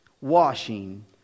washing